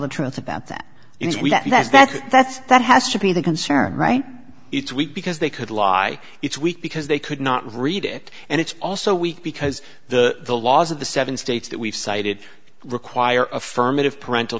the truth about that that's that's that's that has to be the concern right it's weak because they could lie it's weak because they could not read it and it's also weak because the the laws of the seven states that we've cited require affirmative parental